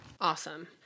Awesome